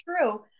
true